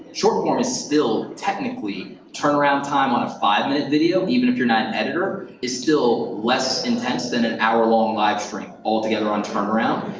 short-form is still technically, turnaround time on a five-minute video, even if you're not an editor, is still less intense than an hour-long live stream. altogether on turnaround,